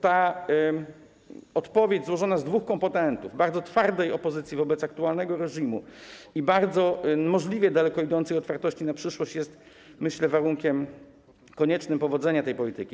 Ta odpowiedź złożona z dwóch komponentów: bardzo twardej opozycji wobec aktualnego reżimu i możliwie daleko idącej otwartości na przyszłość, jest, myślę, warunkiem koniecznym powodzenia tej polityki.